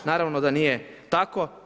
Naravno da nije tako.